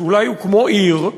שאולי הוא כמו עיר,